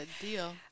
deal